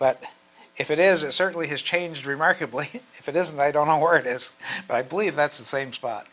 but if it is it certainly has changed remarkably if it isn't i don't know where it is but i believe that's the same spot